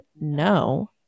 no